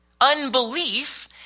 unbelief